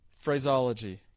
Phraseology